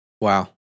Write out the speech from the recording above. Wow